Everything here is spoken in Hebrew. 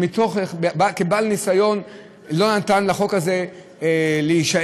וכבעל ניסיון הוא לא נתן לחוק הזה להישאר